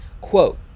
Quote